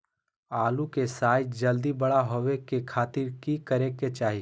आलू के साइज जल्दी बड़ा होबे के खातिर की करे के चाही?